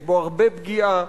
יש בו הרבה פגיעה,